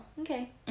okay